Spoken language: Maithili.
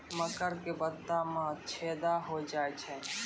मकर के पत्ता मां छेदा हो जाए छै?